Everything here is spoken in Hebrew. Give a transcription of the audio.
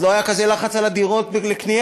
אז לא היה כזה לחץ על הדירות לקנייה.